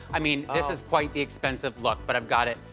i mean, this is quite the expensive look but i've got it,